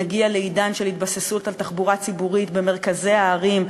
נגיע לעידן של התבססות על תחבורה ציבורית במרכזי הערים,